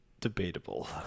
debatable